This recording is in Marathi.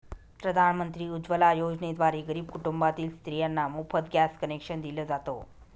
प्रधानमंत्री उज्वला योजनेद्वारे गरीब कुटुंबातील स्त्रियांना मोफत गॅस कनेक्शन दिल जात